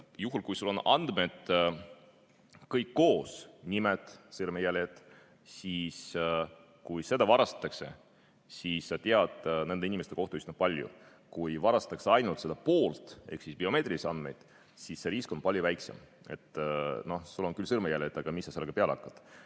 Juhul, kui sul on andmed kõik koos – nimed, sõrmejäljed –, siis kui [need andmed] varastatakse, siis sa tead nende inimeste kohta üsna palju. Kui varastatakse ainult pooled [andmed] ehk siis biomeetrilised andmed, siis see risk on palju väiksem. Sul on küll sõrmejäljed, aga mida nendega peale